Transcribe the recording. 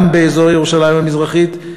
גם באזור ירושלים המזרחית,